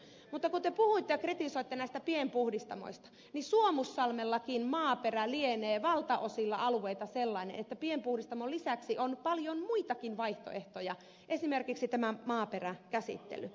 mutta kun te puhuitte näistä pienpuhdistamoista ja kritisoitte niitä niin suomussalmellakin maaperä lienee valtaosilla alueita sellainen että pienpuhdistamon lisäksi on paljon muitakin vaihtoehtoja esimerkiksi tämä maaperäkäsittely